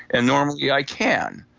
and normally i can.